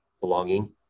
belonging